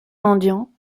mendiants